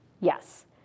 Yes